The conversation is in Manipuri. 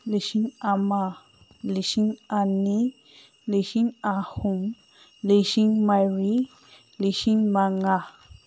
ꯂꯤꯁꯤꯡ ꯑꯃ ꯂꯤꯁꯤꯡ ꯑꯅꯤ ꯂꯤꯁꯤꯡ ꯑꯍꯨꯝ ꯂꯤꯁꯤꯡ ꯃꯔꯤ ꯂꯤꯁꯤꯡ ꯃꯉꯥ